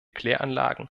kläranlagen